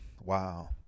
wow